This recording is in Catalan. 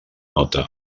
nota